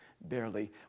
barely